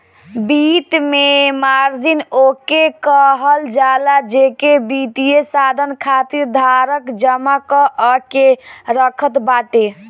वित्त में मार्जिन ओके कहल जाला जेके वित्तीय साधन खातिर धारक जमा कअ के रखत बाटे